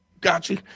gotcha